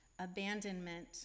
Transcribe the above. abandonment